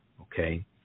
Okay